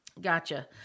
Gotcha